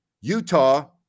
Utah